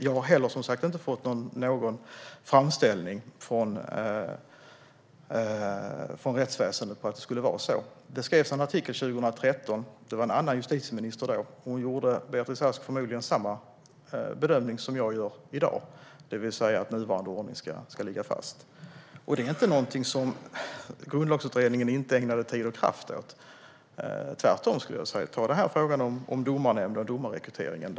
Jag har som sagt inte heller fått någon framställning från rättsväsendet om att det skulle vara så. Det skrevs en artikel 2013, när vi hade en annan justitieminister. Hon, Beatrice Ask, gjorde förmodligen samma bedömning som jag gör i dag, det vill säga att nuvarande ordning ska ligga fast. Det är inte så att Grundlagsutredningen inte ägnade tid och kraft åt detta, tvärtom. Ta frågan om Domarnämnden och domarrekryteringen.